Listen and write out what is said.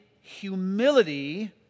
humility